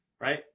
right